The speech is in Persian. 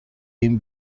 این